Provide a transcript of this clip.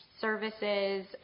services